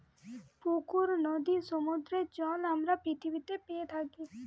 পুকুর, নদীর, সমুদ্রের জল আমরা পৃথিবীতে পেয়ে থাকি